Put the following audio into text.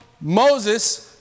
Moses